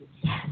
Yes